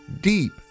deep